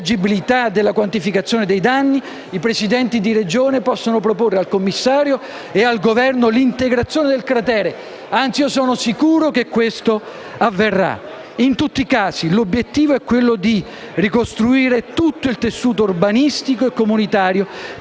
e della quantificazione dei danni, i Presidenti di Regione possano proporre al commissario e al Governo l'integrazione del cratere. Anzi, sono sicuro che questo avverrà. In tutti i casi, l'obiettivo è ricostruire tutto il tessuto urbanistico e comunitario